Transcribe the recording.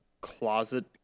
closet